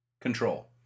control